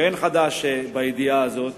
ואין חדש בידיעה הזאת.